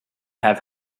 have